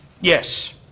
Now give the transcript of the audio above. Yes